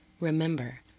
Remember